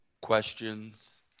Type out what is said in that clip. questions